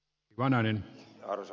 arvoisa puhemies